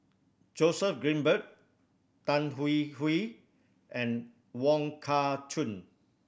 Joseph Grimberg Tan Hwee Hwee and Wong Kah Chun